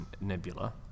Nebula